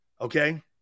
Okay